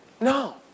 No